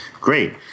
Great